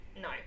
no